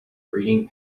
breeding